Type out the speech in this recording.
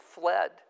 fled